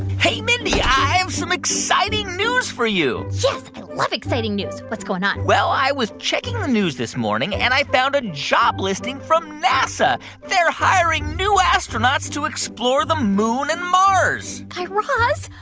hey, mindy, i have some exciting news for you yes, i love exciting news. what's going on? well, i was checking the news this morning, and i found a job listing from nasa. they're hiring new astronauts to explore the moon and mars guy raz,